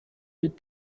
mit